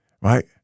right